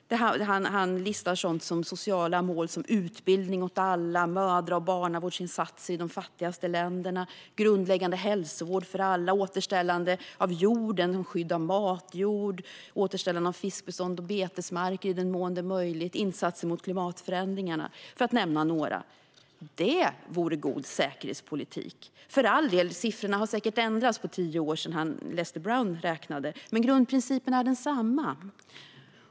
Han listar sociala mål som utbildning åt alla, mödra och barnavårdsinsatser i de fattigaste länderna och grundläggande hälsovård för alla. Han tar också upp återställande av jorden, exempelvis skydd av matjord, återställande av fiskbestånd och betesmarker i den mån det är möjligt och insatser mot klimatförändringarna, för att nämna några saker. Det vore god säkerhetspolitik. För all del har siffrorna säkert ändrats på tio år sedan Lester R. Brown räknade, men grundprincipen är densamma.